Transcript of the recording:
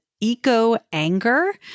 eco-anger